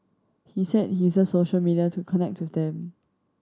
he said he uses social media to connect with them